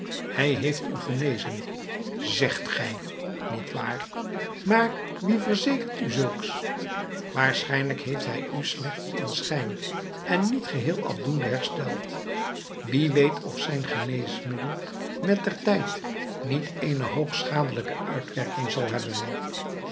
hij heeft u genezen zegt gij niet waar maar wie verzekert u zulks waarschijnlijk heeft hij u slechts in schijn en niet geheel afdoende hersteld wie weet of zijn geneesmiddel met der tijd niet eene hoogst schadelijke uitwerking zal hebben